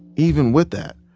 even with that,